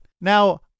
Now